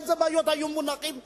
איזה בעיות היו מונחות לפניו,